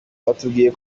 batubwiye